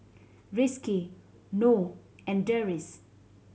Rizqi Noh and Deris